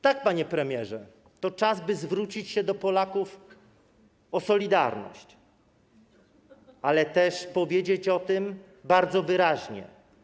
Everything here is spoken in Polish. Tak, panie premierze, to czas, by zwrócić się do Polaków o solidarność, ale też powiedzieć o tym bardzo wyraźnie: